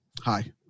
Hi